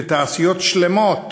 ותעשיות שלמות